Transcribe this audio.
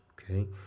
okay